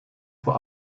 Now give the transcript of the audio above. vor